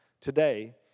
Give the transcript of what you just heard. Today